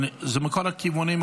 זה מכל הכיוונים,